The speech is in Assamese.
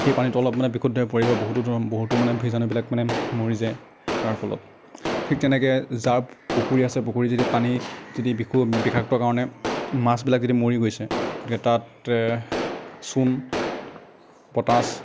সেই পানীটো অলপ মানে বিশুদ্ধ হৈ পৰিব বহুতো ধৰ বহুতো মানে বীজাণুবিলাক মানে মৰি যায় তাৰ ফলত ঠিক তেনেকৈ যাৰ পুখুৰী আছে পুখুৰীত যদি পানী যদি বিশু বিষাক্ত কাৰণে মাছবিলাক যদি মৰি গৈছে গতিকে তাত চূণ পটাছ